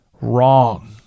wrong